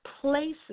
places